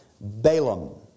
Balaam